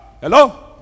hello